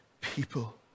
people